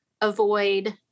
avoid